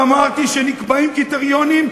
ואמרתי: כשנקבעים קריטריונים,